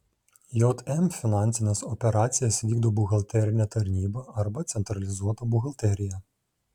jm finansines operacijas vykdo buhalterinė tarnyba arba centralizuota buhalterija